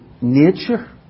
nature